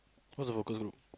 cause of the close book